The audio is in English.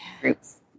groups